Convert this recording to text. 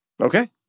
Okay